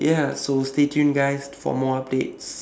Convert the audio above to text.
ya so stay tuned guys for more updates